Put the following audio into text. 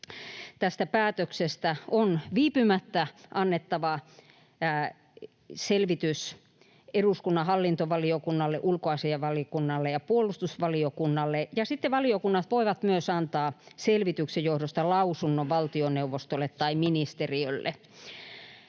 tästä päätöksestä on viipymättä annettava selvitys eduskunnan hallintovaliokunnalle, ulkoasiainvaliokunnalle ja puolustusvaliokunnalle, ja sitten valiokunnat voivat myös antaa selvityksen johdosta lausunnon valtioneuvostolle tai ministeriölle.